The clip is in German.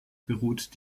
beruht